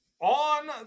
On